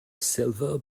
silver